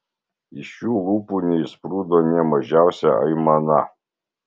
iš jų lūpų neišsprūdo nė mažiausia aimana